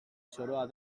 zoroa